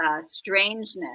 strangeness